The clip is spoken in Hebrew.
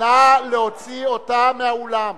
נא להוציא אותה מהאולם.